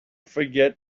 forget